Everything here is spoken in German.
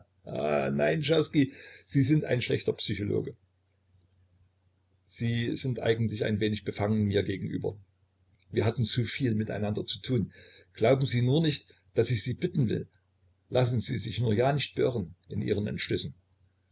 nein czerski sie sind ein schlechter psychologe sie sind eigentlich ein wenig befangen mir gegenüber wir hatten zu viel mit einander zu tun glauben sie nur ja nicht daß ich sie bitten will lassen sie sich nur ja nicht beirren in ihren entschlüssen